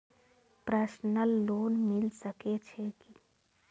Personal loan मिल सके छे?